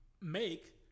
make